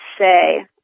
say